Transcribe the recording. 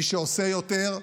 מי שעושה יותר,